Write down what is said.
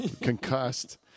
concussed